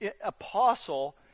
apostle